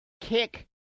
kick